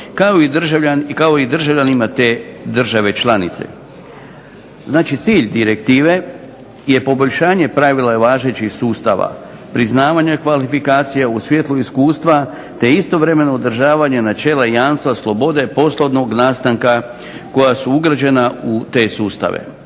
kao i državljanima te države članice. Cilj je direktive poboljšanje pravila važećih sustava priznavanja kvalifikacija u svjetlu iskustava, te istovremeno održanje načela jamstva slobode, poslovnog nastana koje su ugrađene u te sustave.